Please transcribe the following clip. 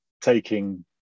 taking